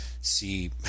see